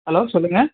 hello சொல்லுங்கள்